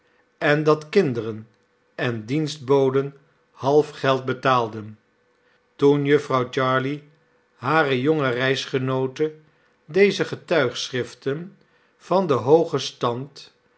en dat kinderen en dienstboden half geld betaalden toen jufvrouw jarley hare jonge reisgenoote deze getuigschriften van den hoogen stand